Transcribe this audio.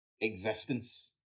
existence